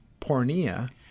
pornea